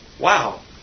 wow